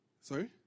Sorry